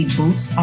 boots